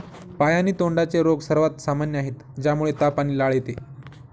पाय आणि तोंडाचे रोग सर्वात सामान्य आहेत, ज्यामुळे ताप आणि लाळ येते